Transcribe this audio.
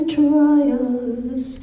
trials